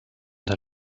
der